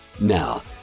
Now